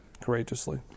courageously